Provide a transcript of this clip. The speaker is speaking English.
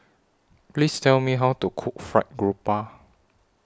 Please Tell Me How to Cook Fried Garoupa